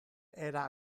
era